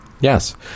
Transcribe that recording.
Yes